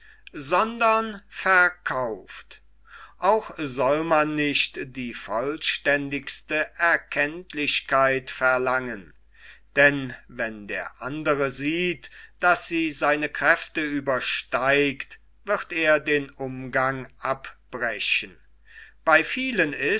sondern verkauft auch soll man nicht die vollständigste erkenntlichkeit verlangen denn wenn der andre sieht daß sie seine kräfte übersteigt wird er den umgang abbrechen bei vielen